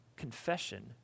Confession